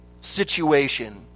situation